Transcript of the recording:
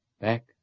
back